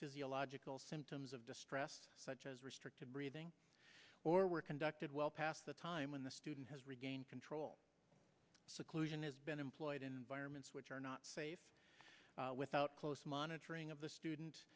physiological symptoms of distress such as restricted breathing or were conducted well past the time when the student has regained control seclusion has been employed environments which are not safe without close monitoring of the student